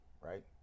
right